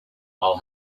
all